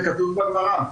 זה כתוב בגמרא.